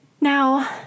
Now